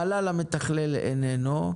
המל"ל המתכלל איננו.